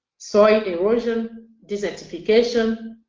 soil erosion, desertification,